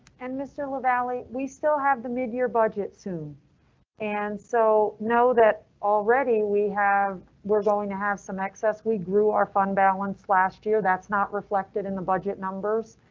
and mr lavalley, we still have the midyear budget soon and so know that. ready we have. we're going to have some excess. we grew our fund balance last year that's not reflected in the budget numbers,